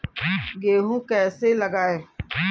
गेहूँ कैसे लगाएँ?